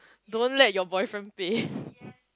don't let your boyfriend pay